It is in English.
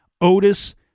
Otis